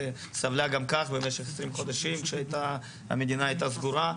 שסבלה גם כך במשך 20 חודשים כשהמדינה הייתה סגורה.